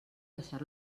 deixar